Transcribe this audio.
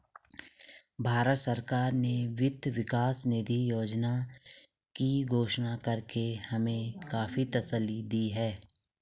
भारत सरकार ने वित्त विकास निधि योजना की घोषणा करके हमें काफी तसल्ली दी है